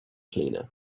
cleaner